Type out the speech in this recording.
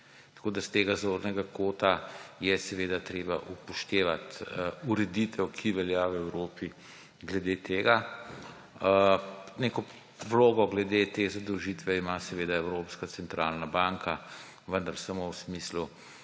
kjerkoli. S tega zornega kota je seveda treba upoštevati ureditev, ki velja v Evropi glede tega. Neko vlogo glede te zadolžitve ima seveda Evropska centralna banka, vendar samo v smislu